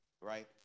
right